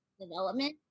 development